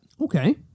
Okay